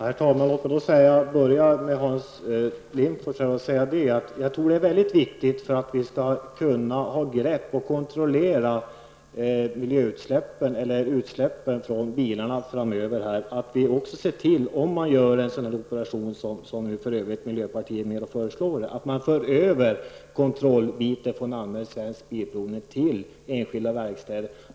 Herr talman! För att vi skall kunna kontrollera utsläppen från bilarna framöver tror jag det är mycket viktigt, Hans Lindforss, att tillse att de verkstäder som anlitas för efterkontroll har en riktig utrustning. Förutsättningen är att man, som också miljöpartiet föreslår, för över denna efterkontroll från ASB till enskilda verkstäder.